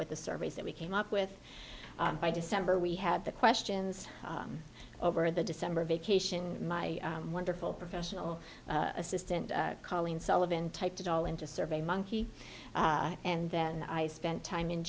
with the surveys that we came up with by december we had the questions over the december vacation and my wonderful professional assistant colleen sullivan typed it all into survey monkey and then i spent time in